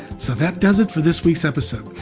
so that does it for this week's episode.